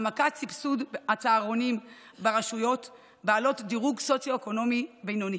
העמקת סבסוד הצהרונים ברשויות בעלות דירוג סוציו-אקונומי בינוני,